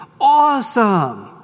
awesome